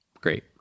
Great